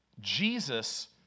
Jesus